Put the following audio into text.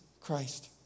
Christ